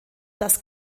dass